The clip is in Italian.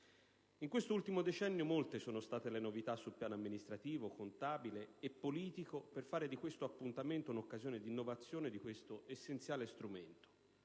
In questo ultimo decennio molte sono state le novità sul piano amministrativo, contabile e politico per fare di questo appuntamento un'occasione di innovazione di questo essenziale strumento: